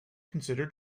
consider